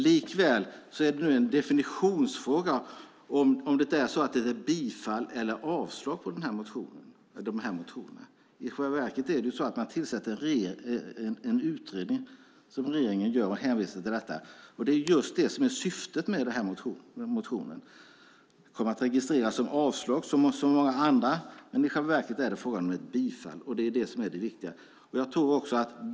Likväl är det en definitionsfråga om det är bifall till eller avslag på motionen. I själva verket tillsätter regeringen en utredning. Det är just det som är syftet med motionen. Det kommer att registreras som avslag, men i själva verket är det ett bifall. Det är det viktiga.